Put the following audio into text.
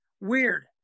Weird